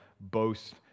boast